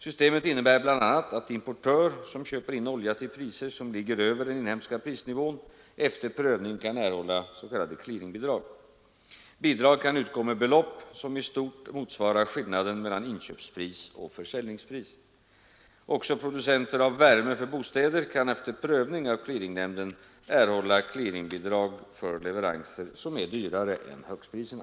Systemet innebär bl.a. att importör, som köper in olja till priser som ligger över den inhemska prisnivån, efter prövning kan erhålla s.k. clearingbidrag. Bidrag kan utgå med belopp som i stort motsvarar skillnaden mellan inköpspris och försäljningspris. Även producenter av värme för bostäder kan efter prövning av clearingnämnden erhålla clearingbidrag för leveranser som är dyrare än högstpriserna.